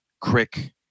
Crick